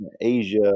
Asia